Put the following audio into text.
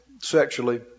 sexually